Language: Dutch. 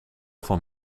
van